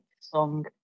song